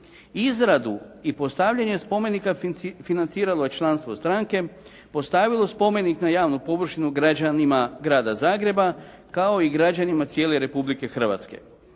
Izradu i postavljanje spomenika financiralo je članstvo stranke, postavilo spomenik na javnu površinu građanima grada Zagreba kao i građanima cijele Republike Hrvatske.